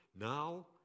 Now